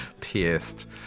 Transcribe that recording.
pierced